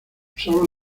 usaba